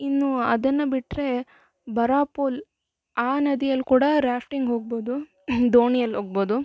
ಇನ್ನೂ ಅದನ್ನ ಬಿಟ್ಟರೆ ಬರ್ಹಾಪುಲ್ ಆ ನದಿಯಲ್ಲಿ ಕೂಡ ರಾಫ್ಟಿಂಗ್ ಹೋಗ್ಬೊದು ದೋಣಿಯಲ್ಲಿ ಹೋಗ್ಬೊದು